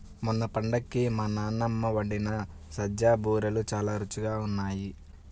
మొన్న పండక్కి మా నాన్నమ్మ వండిన సజ్జ బూరెలు చాలా రుచిగా ఉన్నాయి